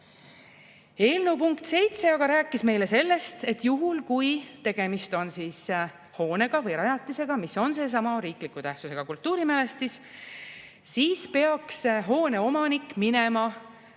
Eelnõu punkt 7 aga rääkis meile sellest, et juhul, kui tegemist on hoonega või rajatisega, mis on seesama riikliku tähtsusega kultuurimälestis, siis peaks hoone omanik minema, müts